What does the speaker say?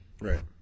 Right